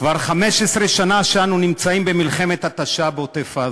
כבר 15 שנה אנו נמצאים במלחמת התשה בעוטף-עזה,